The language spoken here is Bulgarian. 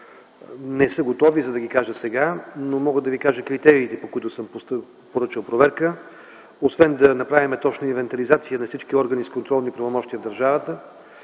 Не са готови, за да ги кажа сега, но мога да ви кажа критериите, по които съм поръчал проверка. Освен да направим точна инвентаризация на всички органи с контролни правомощия в държавата,